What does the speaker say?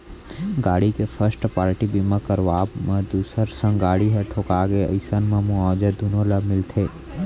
गाड़ी के first party बीमा करवाब म दूसर संग गाड़ी ह ठोंका गे अइसन म मुवाजा दुनो ल मिलथे